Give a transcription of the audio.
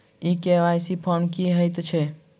ई KYC form की हएत छै?